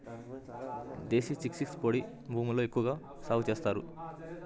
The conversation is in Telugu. దేశీ చిక్పీస్ పొడి భూముల్లో ఎక్కువగా సాగు చేస్తారు